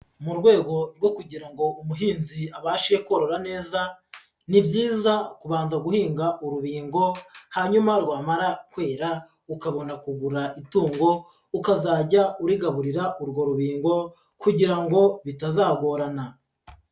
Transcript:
Mu rwego rwo kugira ngo umuhinzi abashe korora neza, ni byiza kubanza guhinga urubingo, hanyuma rwamara kwera ukabona kugura itungo, ukazajya urigaburira urwo rubingo kugira ngo bitazagorana.